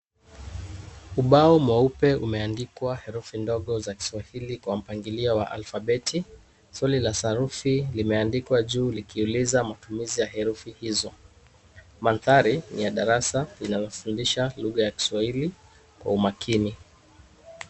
Ubao mweupe umeandikwa herufi ndogo za kiswahili kwa mpangilio wa alfabeti. Swali la sarufi limeandikwa juu likiuliza matumizi ya herufi hizo. Mandhari ni ya darasa inayofundisha lugha ya kiswahili kwa umakini.